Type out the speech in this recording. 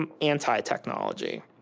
anti-technology